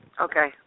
Okay